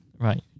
right